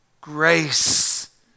grace